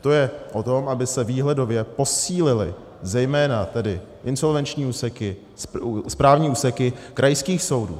To je o tom, aby se výhledově posílily zejména tedy insolvenční úseky, správní úseky krajských soudů.